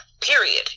period